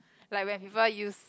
like when people use